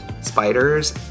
spiders